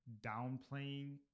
downplaying